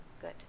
Good